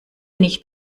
nicht